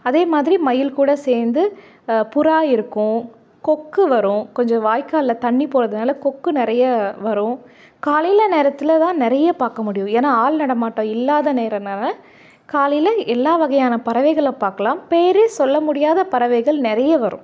அதேமாதிரி மயில்கூட சேர்ந்து புறா இருக்கும் கொக்கு வரும் கொஞ்சம் வாய்க்காலில் தண்ணி போகறதுனால கொக்கு நிறைய வரும் காலையில நேரத்தில்தான் நிறையா பார்க்க முடியும் ஏன்னா ஆள் நடமாட்டம் இல்லாத நேரன்னால காலையில் எல்லா வகையான பறவைகளை பார்க்கலாம் பேரே சொல்ல முடியாத பறவைகள் நிறைய வரும்